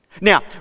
Now